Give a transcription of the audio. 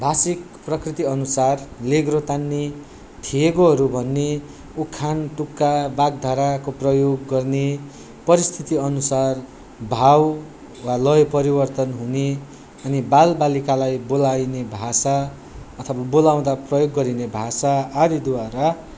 भाषिक प्रकृतिअनुसार लेग्रो तान्ने थेगोहरू भन्ने उखान टुक्का बागधाराको प्रयोग गर्ने परिस्थितिअनुसार भाव वा लय परिवर्तन हुने अनि बालबालिकालाई बोलाइने भाषा अथवा बोलाउँदा प्रयोग गरिने भाषा आदिद्वारा